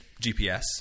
GPS